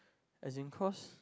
as in cause